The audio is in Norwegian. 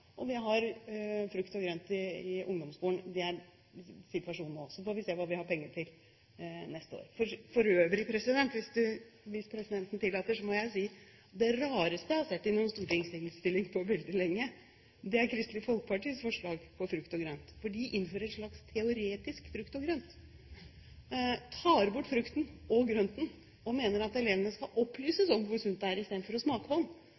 og vi har frukt og grønt i ungdomsskolen. Det er situasjonen nå, og så får vi se hva vi har penger til neste år. For øvrig – hvis presidenten tillater – må jeg si at det rareste jeg har sett i en stortingsinnstilling på veldig lenge, er Kristelig Folkepartis forslag når det gjelder frukt og grønt. De innfører et slags teoretisk frukt og grønt – de tar bort frukt og grønt og mener at elevene skal opplyses om hvor sunt det er, i stedet for å smake,